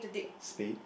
spade